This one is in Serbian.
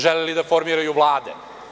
Želeli da formiraju vlade.